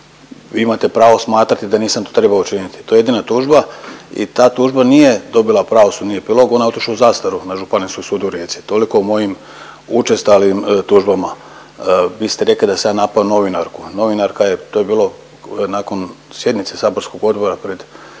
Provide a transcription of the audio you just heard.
Vi imate pravo smatrati da nisam to trebao učiniti. To je jedina tužba i ta tužba nije dobila pravosudni epilog, ona je otišla u zastaru na Županijskom sudu u Rijeci. Toliko o mojim učestalim tužbama. Vi ste rekli da sam ja napao novinarku. Novinarka je, to je bilo nakon sjednice saborskog odbora pred,